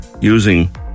using